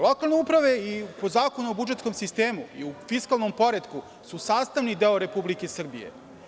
Lokalne uprave po Zakonu o budžetskom sistemu i u fiskalnom poretku su sastavni deo Republike Srbije.